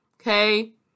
okay